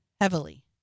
Heavily